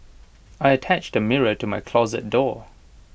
I attached A mirror to my closet door